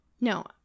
No